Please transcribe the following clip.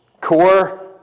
core